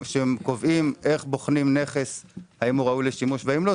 שקובעים איך בוחנים האם נכס ראוי לשימוש או לא,